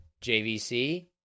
JVC